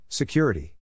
security